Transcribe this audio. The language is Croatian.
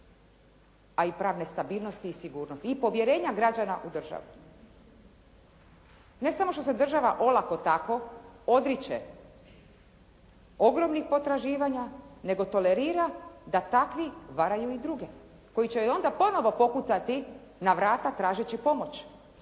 a i pravne stabilnosti i sigurnosti i povjerenja građana u državu. Ne samo što se država olako tako odriče ogromnih potraživanja, nego tolerira da takvi varaju i druge, koji će joj onda ponovo pokucati na vrata tražeći pomoć,